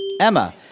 Emma